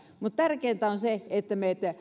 tärkeintä on se että me